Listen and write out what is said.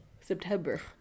September